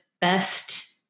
best